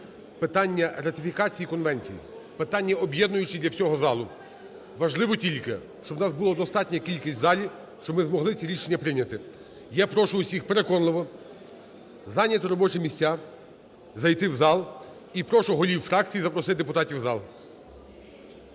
питання ратифікацій і конвенцій, питання об'єднуючі для всього залу. Важливо тільки, щоб у нас була достатня кількість в залі, щоб ми змогли ці рішення прийняти. Я упрошу усіх, переконливо, зайняти робочі місця, зайти в зал. І прошу голів фракцій запросити депутатів в зал.